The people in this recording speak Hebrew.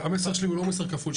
המסר שלי הוא לא מסר כפול.